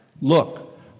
Look